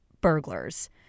burglars